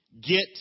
Get